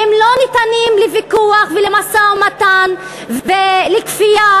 והם לא ניתנים לוויכוח ולמשא-ומתן ולכפייה